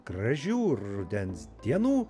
gražių rudens dienų